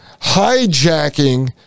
hijacking